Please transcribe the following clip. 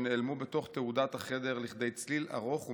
שנעלמו בתוך תהודת החדר לכדי צליל ארוך ומעומעם.